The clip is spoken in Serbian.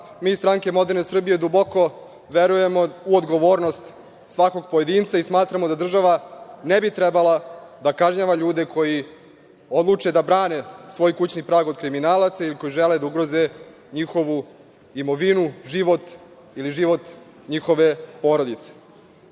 iz Stranke moderne Srbije, duboko verujemo u odgovornost svakog pojedinca i smatramo da država ne bi trebala da kažnjava ljude koji odluče da brane svoj kućni prag od kriminalaca i koji žele da ugroze njihovu imovinu, život, ili život njihove porodice. Dakle,